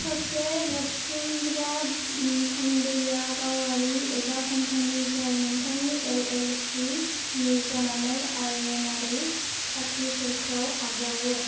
सासे रेबथुनग्रा थान्दैया गावारि एबा कम्पानि जाय नोंथांनि एल एल सि नि जानानै आयेनारि खाख्रिफोरखौ आजावो